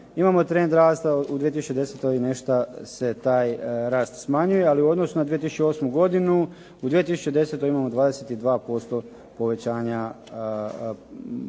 imamo trend rasta. U 2010. nešto se taj rast smanjuje, ali u odnosu na 2008. godinu u 2010. imamo 22% povećanja potpora